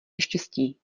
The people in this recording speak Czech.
neštěstí